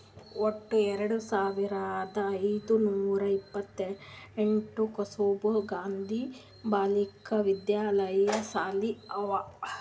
ವಟ್ಟ ಎರಡು ಸಾವಿರದ ಐಯ್ದ ನೂರಾ ಎಪ್ಪತ್ತೆಂಟ್ ಕಸ್ತೂರ್ಬಾ ಗಾಂಧಿ ಬಾಲಿಕಾ ವಿದ್ಯಾಲಯ ಸಾಲಿ ಅವಾ